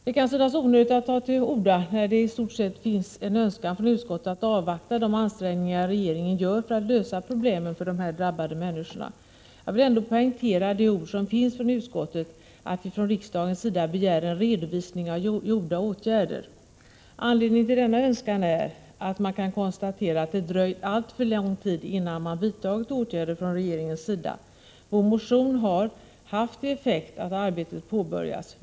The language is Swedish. Det kan synas onödigt att ta till orda när det i stort finns en önskan från utskottet att avvakta de ansträngningar regeringen gör för att lösa problemen för de drabbade människorna. Jag vill ändå poängtera det uttalande av utskottet där vi begär en redovisning för riksdagen av gjorda åtgärder. Anledningen till denna önskan är att vi kan konstatera att det dröjt alltför lång tid, innan man vidtagit åtgärder från regeringens sida. Vår motion har haft till effekt att arbetet påbörjats.